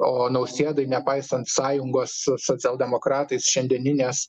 o nausėdai nepaisant sąjungos su socialdemokratais šiandieninės